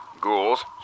Ghouls